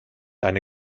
eine